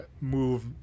move